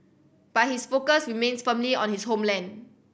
but his focus remains firmly on his homeland